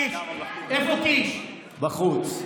בחוץ.